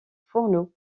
fourneaux